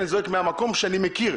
אני זועק מהמקום שאני מכיר,